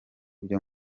byo